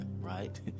right